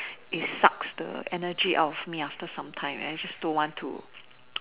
it sucks the energy out of me after sometimes and I just don't want to